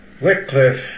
Wycliffe